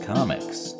Comics